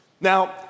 Now